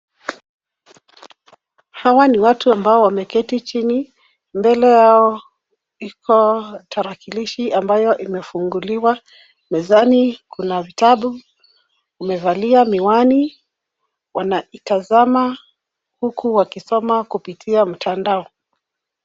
Hawa ni watu ambao wameketi chini, mbele yao iko tarakilishi ambayo imefunguliwa. Mezani kuna vitabu, wamevalia miwani wanaitazama huku wakisoma kupitia mtandao.